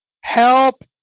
help